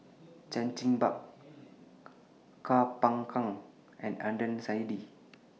Chan Chin Bock Koh Poh Koon and Adnan Saidi